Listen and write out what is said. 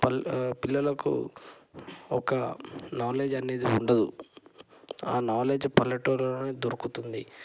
పిల్లలకు ఒక నాలెడ్జ్ అనేది ఉండదు ఆ నాలెడ్జ్ పల్లెటూరులోనే దొరుకుతుంది